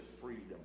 freedom